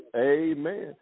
Amen